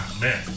man